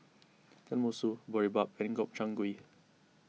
Tenmusu Boribap and Gobchang Gui